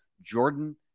Jordan